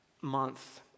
month